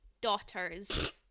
daughters